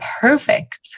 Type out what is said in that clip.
perfect